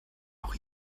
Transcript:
auch